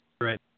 Right